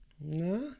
No